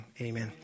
amen